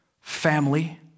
family